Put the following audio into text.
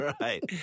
right